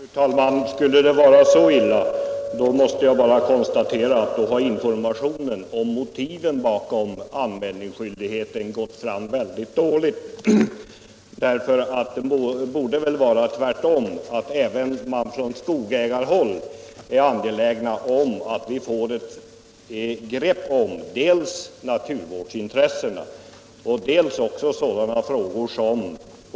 Fru talman! Skulle det vara så illa måste jag konstatera att informationen om motiven bakom anmälningsskyldigheten har gått fram väldigt dåligt. Det borde väl vara tvärtom, så att man även från skogsägarhåll är angelägen om att vi får grepp om dels naturvårdsintressena, dels frågan om återväxtåtgärder.